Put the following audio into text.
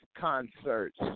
concerts